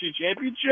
Championship